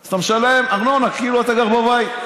אז אתה משלם ארנונה כאילו אתה גר בבית,